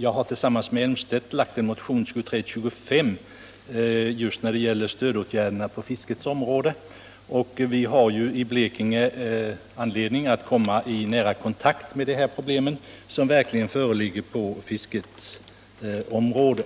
Jag har tillsammans med herr Elmstedt lagt en motion, 2325, som gäller stödåtgärderna på fiskets område. Vi har ju i Blekinge anledning att komma i nära kontakt med de problem som verkligen föreligger på fiskets område.